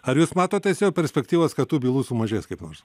ar jūs matot teisėjo perspektyvas kad tų bylų sumažės kaip nors